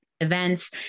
events